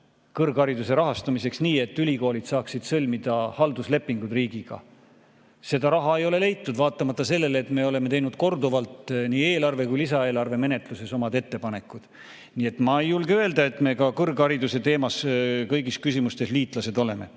kõrghariduse rahastamiseks nii, et ülikoolid saaksid sõlmida halduslepingud riigiga. Seda raha ei ole leitud, vaatamata sellele, et me oleme teinud korduvalt nii eelarve kui ka lisaeelarve menetluses omad ettepanekud. Nii et ma ei julge öelda, et me ka kõrghariduse teemas kõigis küsimustes liitlased oleme.